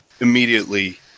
immediately